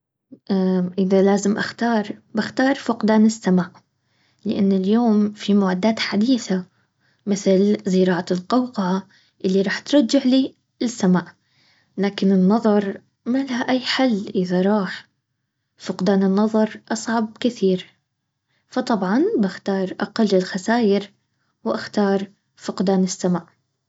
اذا لازم اختار بختار فقدان السمع لانه اليوم في معدات حديثة مثل زراعة القوقعة اللي راح ترجع لي السمع لكن النظر ما لها اي حل اذا راح. فقدان النظر اصعب كثير. فطبعا اختار اقل الخساير واختار فقدان السمع